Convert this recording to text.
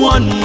One